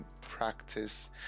practice